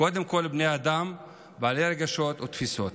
קודם כול בני אדם בעלי רגשות ותפיסות.